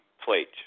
plate